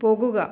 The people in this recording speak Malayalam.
പോകുക